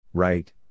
Right